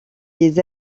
des